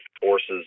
Forces